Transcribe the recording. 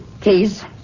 Please